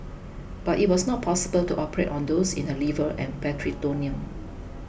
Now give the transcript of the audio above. but it was not possible to operate on those in her liver and peritoneum